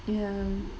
ya